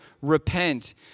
repent